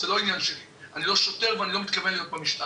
זה לא עניין שלי כי אני לא שוטר ואני לא מתכוון להיות במשטרה.